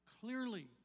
clearly